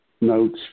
notes